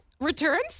Returns